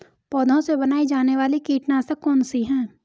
पौधों से बनाई जाने वाली कीटनाशक कौन सी है?